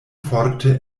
forte